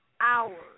hours